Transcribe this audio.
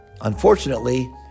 Unfortunately